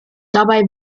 dabei